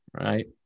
Right